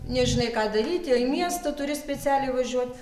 nežinai ką daryti į miestą turi specialiai važiuot